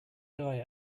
guy